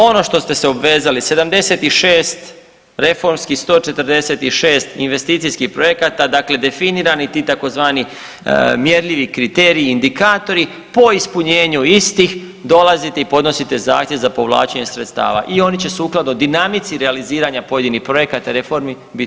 Ono što ste se obvezali 76 reformskih, 146 investicijskih projekata dakle definirani ti tzv. mjerljivi kriteriji indikatori, po ispunjenju istih dolazite i podnosite zahtjev za povlačenje sredstava i oni će sukladno dinamici realiziranja pojedinih projekata reformi biti trošeni.